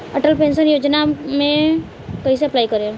Atal pension योजना मे कैसे अप्लाई करेम?